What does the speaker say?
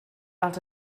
als